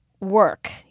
work